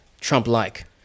Trump-like